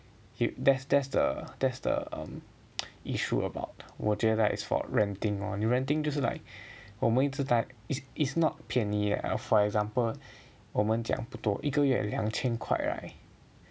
you there's that's the that's the um issue about 我觉得 it's for renting lor renting 就是 like 我们一直在 is it's not 便宜 leh for example 我们讲不多一个月两千块 right